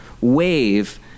wave